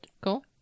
Cool